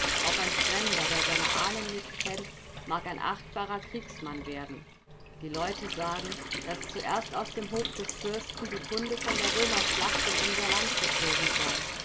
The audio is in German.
auch ein fremder der seine ahnen nicht kennt mag ein achtbarer kriegsmann werden die leute sagen daß zuerst aus dem hof des fürsten die kunde von der römerschlacht in unser land geflogen sei